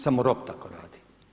Samo rob tako radi.